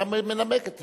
היה מנמק את זה.